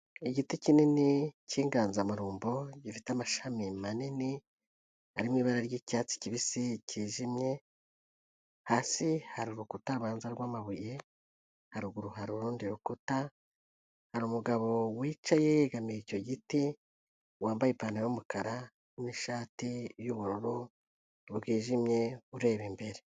Igiti kinini cy'inganzamarumbo, gifite amashami manini, arimo ibara ry'icyatsi kibisi cyijimye, hasi hari urukuta rubanza rw'amabuye, haruguru hari urundi rukuta, hari umugabo wicaye yegamiye icyo giti, wambaye ipantaro y'umukara, n'ishati y'ubururu bwijimye, ureba imbere.